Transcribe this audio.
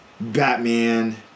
Batman